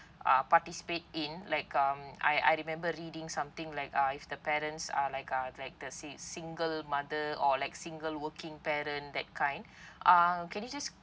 uh participate in like um I I remember reading something like uh if the parents are like uh like the sing~ single mother or like single working parent that kind uh can you just